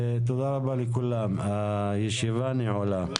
תודה רבה לכולם, הישיבה נעולה.